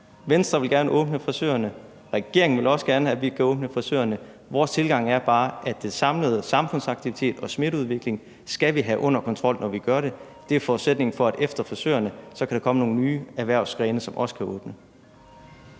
Venstre vil gerne åbne frisørerne, regeringen vil også gerne, at frisørerne kan åbnes. Vores tilgang er bare, at den samlede smitteudvikling skal vi have under kontrol, når vi gør det. Det er forudsætningen for, at der efter frisørerne kan komme nogle nye erhvervsdrivende, som også kan åbne.